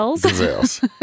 Gazelles